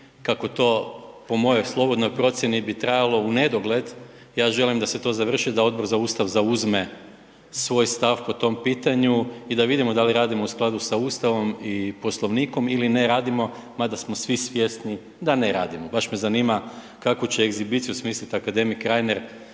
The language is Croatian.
kako to po mojoj slobodnoj procijeni bi trajalo u nedogled, ja želim da se to završi, da Odbor za Ustav zauzme svoj stav po tom pitanju i da vidimo da li radimo u skladu sa Ustavom i Poslovnikom ili ne radimo mada smo svi svjesni da ne radimo. Baš me zanima kakvu će egzibiciju smislit akademik Reiner